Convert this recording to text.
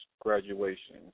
graduation